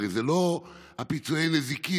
הרי זה לא פיצויי נזיקין,